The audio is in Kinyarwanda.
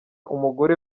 umugore